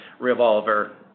revolver